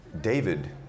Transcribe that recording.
David